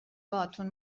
باهاتون